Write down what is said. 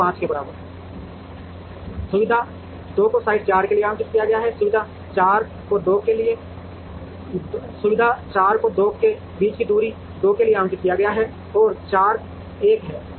वजन 5 के बराबर है सुविधा 2 को साइट 4 के लिए आवंटित किया गया है सुविधा 4 को 2 के बीच की दूरी 2 के लिए आवंटित किया गया है और 4 1 है